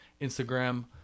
Instagram